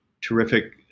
terrific